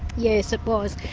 yes it was,